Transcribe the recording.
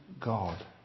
God